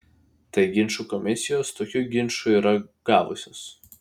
tai ginčų komisijos tokių ginčų yra gavusios